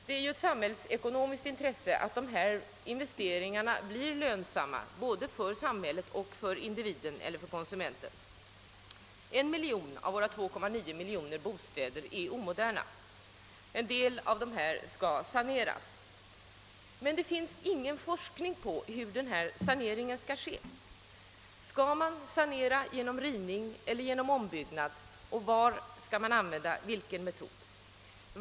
Det är ett samhällsekonomiskt intresse att dessa investeringar blir lönsamma både för samhället och för konsumenterna. En miljon av våra 2,9 miljoner bostäder är omoderna. En del av dessa bostäder skall saneras. Men det finns ingen forskning om hur denna sanering bör ske. Skall man sanera genom rivning eller genom ombyggnad, och var skall man använda vilken metod?